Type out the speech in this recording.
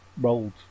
rolled